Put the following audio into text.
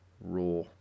RAW